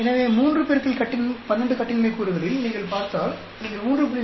எனவே 3 X 12 கட்டின்மை கூறுகளில் நீங்கள் பார்த்தால் நீங்கள் 3